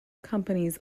companies